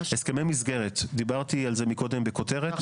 הסכמי מסגרת, דיברתי על זה מקודם בכותרת.